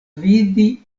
vidi